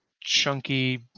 chunky